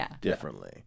differently